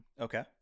Okay